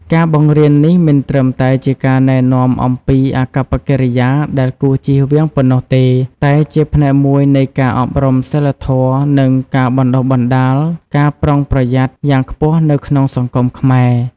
ការបង្រៀននេះមិនត្រឹមតែជាការណែនាំអំពីអាកប្បកិរិយាដែលគួរជៀសវាងប៉ុណ្ណោះទេ តែជាផ្នែកមួយនៃការអប់រំសីលធម៌ និងការបណ្ដុះបណ្ដាល ការប្រុងប្រយ័ត្ន យ៉ាងខ្ពស់នៅក្នុងសង្គមខ្មែរ។